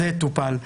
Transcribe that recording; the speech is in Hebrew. זה טופל.